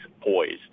poised